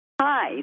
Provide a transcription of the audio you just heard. Hi